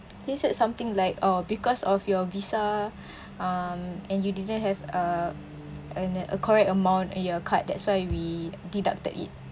he said something like oh because of your Visa um and you didn't have a and a correct amount in your card that's why we deducted it